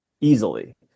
easily